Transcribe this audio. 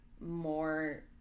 more